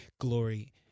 glory